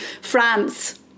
France